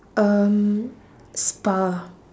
um spa